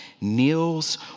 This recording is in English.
kneels